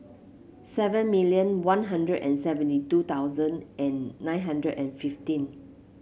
seven million One Hundred and seventy two thousand and nine hundred and fifteen